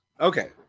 Okay